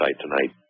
tonight